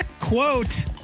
Quote